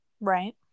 Right